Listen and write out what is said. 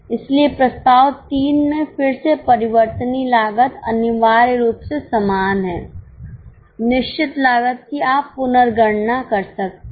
इसलिए प्रस्ताव 3 में फिर से परिवर्तनीय लागत अनिवार्य रूप से समान है निश्चित लागत की आप पुनर्गणना कर सकते हैं